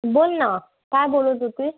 बोल ना काय बोलत होती